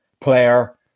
player